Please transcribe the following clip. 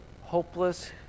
hopeless